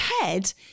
head